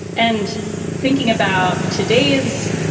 and thinking about today's,